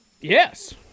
Yes